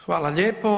Hvala lijepo.